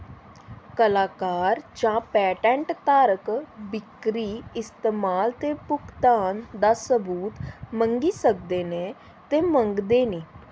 कलाकार जां पेटेंट धारक बिक्करी इस्तेमाल ते भुगतान दा सबूत मंगी सकदे न ते मंगदे न